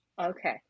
Okay